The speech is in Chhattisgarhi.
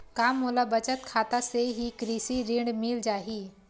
का मोला बचत खाता से ही कृषि ऋण मिल जाहि?